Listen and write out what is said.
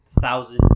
thousand